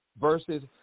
versus